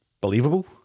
believable